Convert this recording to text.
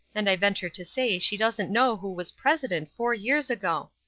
and i venture to say she doesn't know who was president four years ago.